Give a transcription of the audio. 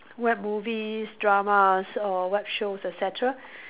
web movies dramas or web shows et cetera